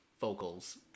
vocals